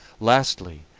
lastly,